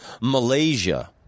Malaysia